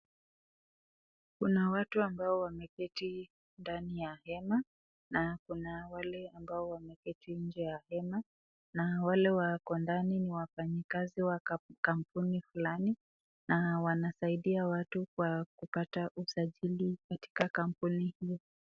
Kuna watu ambao wameketi ndani na kuna wale wameketi nje ya hema, na wale wako ndani ya hema ni wafanyikazi wa kampuni fulani na wanasaidia watu na kupata usajili katika kampuni hiyo.